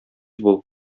бул